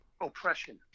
Oppression